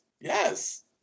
Yes